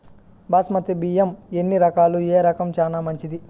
బాస్మతి బియ్యం ఎన్ని రకాలు, ఏ రకం చానా మంచిది?